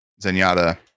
zenyatta